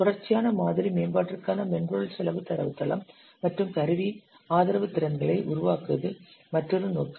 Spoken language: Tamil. தொடர்ச்சியான மாதிரி மேம்பாட்டிற்கான மென்பொருள் செலவு தரவுத்தளம் மற்றும் கருவி ஆதரவு திறன்களை உருவாக்குவது மற்றொரு நோக்கம்